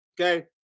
Okay